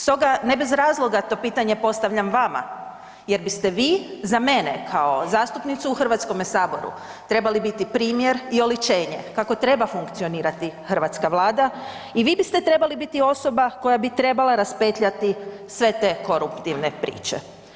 Stoga, ne bez razloga to pitanje postavljam vama jer biste vi za mene kao zastupnicu u HS trebali biti primjer i oličenje kako treba funkcionirati hrvatska vlada i vi biste trebali biti osoba koja bi trebala raspetljati sve te koruptivne priče.